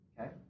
Okay